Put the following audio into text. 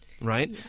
right